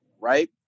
right